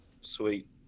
Sweet